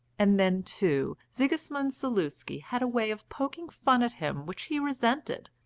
and then, too, sigismund zaluski had a way of poking fun at him which he resented,